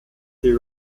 sie